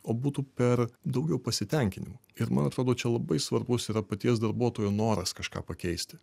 o būtų per daugiau pasitenkinimo ir man atrodo čia labai svarbus yra paties darbuotojo noras kažką pakeisti